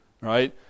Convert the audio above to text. Right